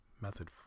Method